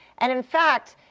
and in fact,